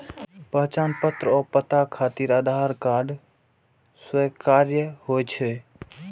पहचान पत्र आ पता खातिर आधार कार्ड स्वीकार्य होइ छै